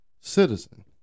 citizen